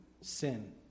sin